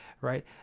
right